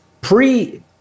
pre